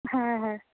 হ্যাঁ হ্যাঁ